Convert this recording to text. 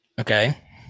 Okay